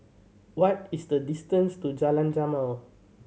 what is the distance to Jalan Jamal